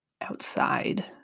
outside